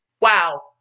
Wow